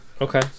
Okay